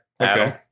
Okay